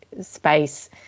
space